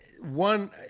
one